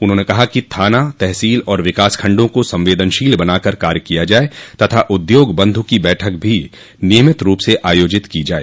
उन्होंने कहा कि थाना तहसील और विकास खण्डों को संवेदनशील बनाकर कार्य किया जाय तथा उद्योग बन्धु को बैठक भी नियमित रूप से आयोजित की जाय